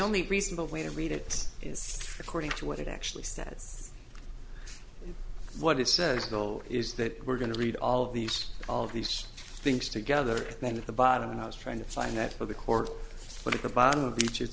only reasonable way to read it is according to what it actually says what it says gold is that we're going to read all of these all of these things together and then at the bottom and i was trying to find that for the court but at the bottom of each it